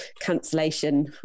cancellation